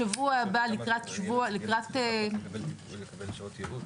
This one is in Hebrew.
בשבוע הבא, לקראת שבוע